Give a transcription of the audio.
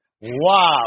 Wow